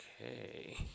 okay